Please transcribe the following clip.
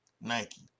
Nike